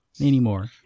anymore